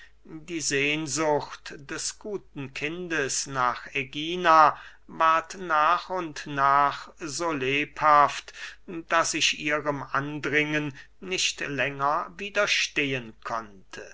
die sehnsucht des guten kindes nach ägina ward nach und nach so lebhaft daß ich ihrem andringen nicht länger widerstehen konnte